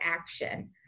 action